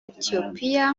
etiyopiya